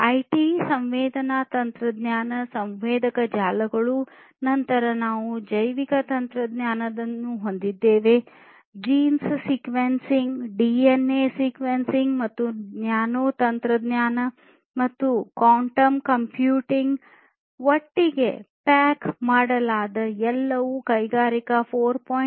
IT ಸಂವೇದನಾ ತಂತ್ರಜ್ಞಾನ ಸಂವೇದಕ ಜಾಲಗಳು ನಂತರ ನಾವು ಜೈವಿಕ ತಂತ್ರಜ್ಞಾನವನ್ನು ಹೊಂದಿದ್ದೇವೆ ಜೀನ್ ಸೀಕ್ವೆನ್ಸಿಂಗ್ ಡಿಎನ್ಎ ಸೀಕ್ವೆನ್ಸಿಂಗ್ ಮತ್ತು ನ್ಯಾನೊ ತಂತ್ರಜ್ಞಾನ ಮತ್ತು ಕ್ವಾಂಟಮ್ ಕಂಪ್ಯೂಟಿಂಗ್ ಒಟ್ಟಿಗೆ ಪ್ಯಾಕ್ ಮಾಡಲಾದ ಎಲ್ಲವೂ ಕೈಗಾರಿಕೆ 4